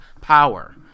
power